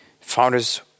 founders